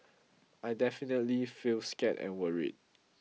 I definitely feel scared and worried